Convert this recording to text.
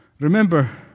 Remember